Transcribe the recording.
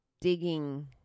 digging